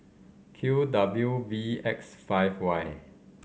Q W V X five Y